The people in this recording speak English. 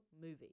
movie